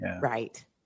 right